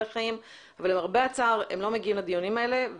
אבל למרבה הצער הם לא מגיעים לדיונים האלה.